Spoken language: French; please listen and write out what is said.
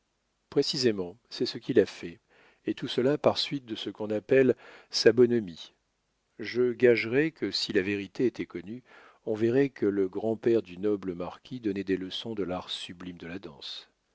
précisément c'est ce qu'il a fait et tout cela par suite de ce qu'on appelle sa bonhomie je gagerais que si la vérité était connue on verrait que le grand-père du noble marquis donnait des leçons de l'art sublime de la danse